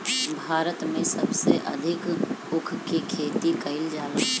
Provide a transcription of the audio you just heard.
भारत में सबसे अधिका ऊख के खेती कईल जाला